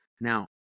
Now